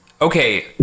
Okay